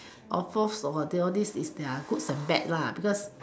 of course for all this is there are good or bad because